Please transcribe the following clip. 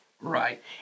Right